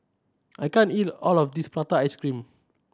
I can't eat all of this prata ice cream